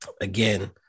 Again